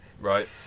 right